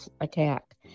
attack